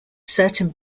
certain